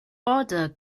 border